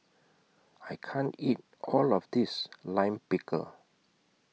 I can't eat All of This Lime Pickle